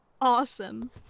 awesome